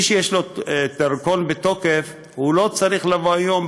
מי שיש לו דרכון בתוקף לא צריך לבוא היום,